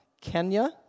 Kenya